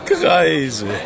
Kreise